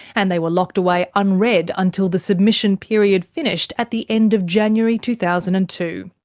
and they were locked away unread until the submission period finished at the end of january two thousand and two.